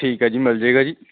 ਠੀਕ ਹੈ ਜੀ ਮਿਲ ਜੇਗਾ ਜੀ